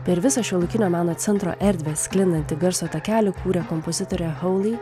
per visą šiuolaikinio meno centro erdvę sklindantį garso takelį kūrė kompozitorė hauly